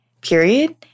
period